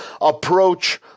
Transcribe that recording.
approach